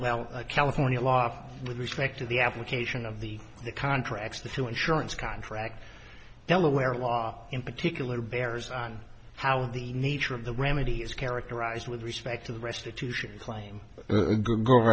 well california law with respect to the application of the contracts the two insurance contract delaware law in particular bears on how the nature of the remedy is characterized with respect to the restitution claim g